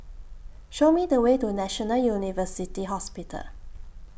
Show Me The Way to National University Hospital